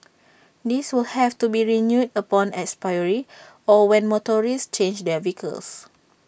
this will have to be renewed upon expiry or when motorists change their vehicles